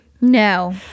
no